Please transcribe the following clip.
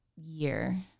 year